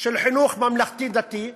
של חינוך ממלכתי-דתי,